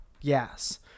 Yes